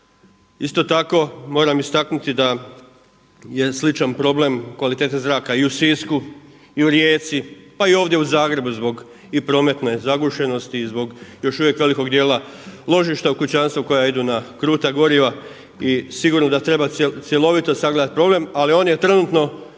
Isto tako moram istaknuti da je sličan problem kvalitete zraka i u Sisku i u Rijeci pa i ovdje u Zagrebu zbog prometne zagušenosti i zbog još uvijek veliko dijela ložišta u kućanstvu koja idu na kruta goriva i sigurno da treba cjelovito sagledati problem, ali on je trenutno